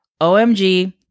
OMG